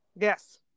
Yes